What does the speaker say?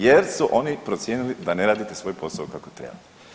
Jer su oni procijenili da ne radite svoj posao kako treba.